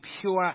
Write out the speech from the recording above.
pure